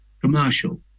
commercial